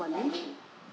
money